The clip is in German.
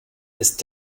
ist